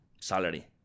salary